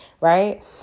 right